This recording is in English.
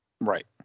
right